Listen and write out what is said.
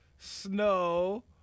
Snow